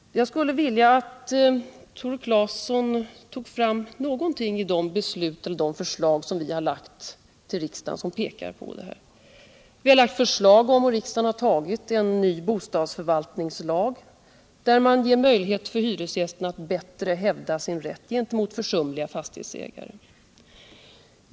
Jag skulle vilja att Tore Claeson tog fram någonting som pekar på det i de förslag som vi har lagt till riksdagen. Vi har lagt fram förslag om och riksdagen har antagit en ny bostadsförvaltningslag, där det ges möjlighet för hyresgästerna att bättre hävda sin rätt gentemot försumliga fastighetsägare.